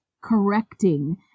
correcting